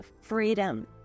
freedom